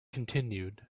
continued